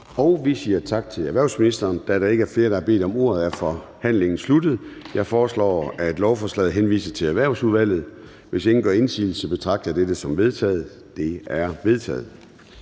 Vi siger tak til erhvervsministeren. Da der ikke er flere, der har bedt om ordet, er forhandlingen sluttet. Jeg foreslår, at lovforslaget henvises til Erhvervsudvalget. Hvis ingen gør indsigelse, betragter jeg dette som vedtaget. Det er vedtaget.